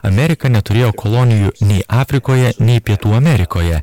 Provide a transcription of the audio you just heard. amerika neturėjo kolonijų nei afrikoje nei pietų amerikoje